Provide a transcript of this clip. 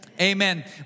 Amen